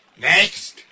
Next